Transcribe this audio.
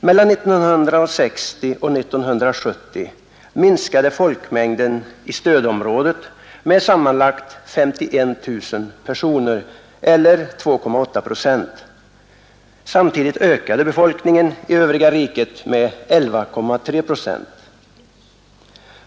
Mellan 1960 och 1970 minskade folkmängden i stödområdet med sammanlagt 51 000 personer eller 2,8 procent. Samtidigt ökade befolkningen i övriga riket med 11,3 procent.